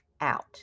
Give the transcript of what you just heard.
out